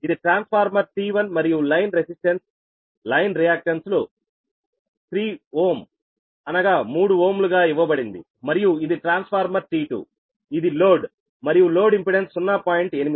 ఇది transformer T1 మరియు line resistances line reactance లు 3Ω గా ఇవ్వబడింది మరియు ఇది ట్రాన్స్ఫార్మర్ T2ఇది లోడ్ మరియు లోడ్ ఇంపెడెన్స్ 0